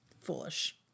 Foolish